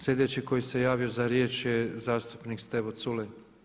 Sljedeći koji se javio za riječ je zastupnik Stevo Culej.